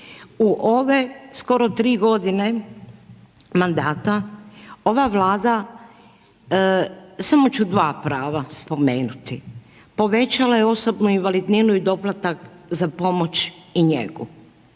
U ove skoro 3 godine mandata ova Vlada, samo ću dva prava spomenuti, povećala je osobnu invalidninu i doplatak za pomoć i njegu